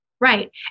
Right